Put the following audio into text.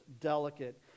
delicate